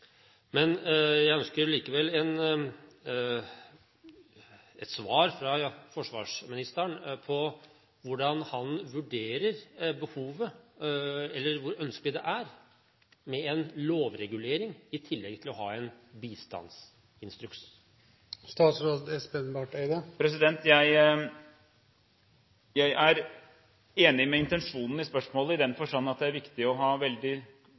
Men jeg ønsker likevel et svar fra forsvarsministeren på hvordan han vurderer hvor ønskelig det er med en lovregulering i tillegg til å ha en bistandsinstruks. Jeg er enig i intensjonen i spørsmålet, i den forstand at det er viktig å ha